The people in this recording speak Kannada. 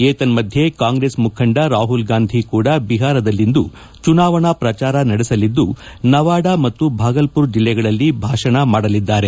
ಏತನ್ನದ್ಲೆ ಕಾಂಗ್ರೆಸ್ ಮುಖಂಡ ರಾಹುಲ್ ಗಾಂಧಿ ಕೂಡ ಬಿಹಾರದಲ್ಲಿಂದು ಚುನಾವಣಾ ಪ್ರಚಾರ ನಡೆಸಲಿದ್ದು ನವಾಡಾ ಮತ್ತು ಭಾಗಲ್ದುರ್ ಜೆಲೆಗಳಲಿ ಭಾಷಣ ಮಾಡಲಿದಾರೆ